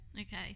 Okay